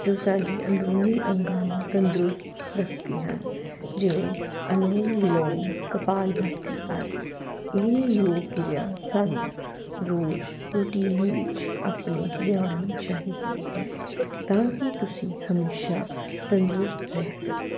ਜੋ ਸਾਡੀ ਅੰਦਰੂਨੀ ਅੰਗਾਂ ਨੂੰ ਤੰਦਰੁਸਤ ਰੱਖਦੀ ਹਨ ਜਿਵੇਂ ਅਨੁਲੋਮ ਵਿਲੋਮ ਕਪਾਲਭਾਤੀ ਆਦਿ ਇਹ ਯੋਗ ਕਿਰਿਆ ਸਾਨੂੰ ਰੋਜ਼ ਰੁਟੀਨ ਵਿੱਚ ਆਪਣੇ ਲਿਆਉਣੀ ਚਾਹੀਦੀ ਹੈ ਤਾਂ ਕਿ ਤੁਸੀਂ ਹਮੇਸ਼ਾ ਤੰਦਰੁਸਤ ਰਹਿ ਸਕੋ